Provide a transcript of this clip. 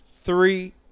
Three